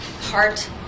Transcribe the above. heart